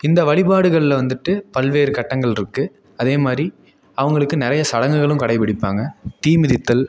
இந்த வழிபாடுகளில் வந்துவிட்டு பல்வேறு கட்டங்கள் இருக்கு அதேமாதிரி அவங்களுக்கு நிறைய சடங்குகளும் கடைப்பிடிப்பாங்க தீ மிதித்தல்